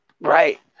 Right